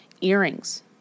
earrings